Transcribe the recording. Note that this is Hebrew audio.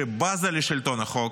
שבזה לשלטון החוק,